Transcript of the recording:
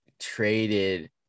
traded